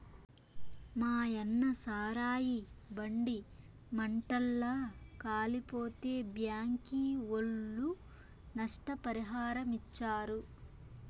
మాయన్న సారాయి బండి మంటల్ల కాలిపోతే బ్యాంకీ ఒళ్ళు నష్టపరిహారమిచ్చారు